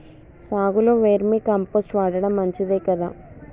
సాగులో vermicompost వాడటం మంచిదే కదా?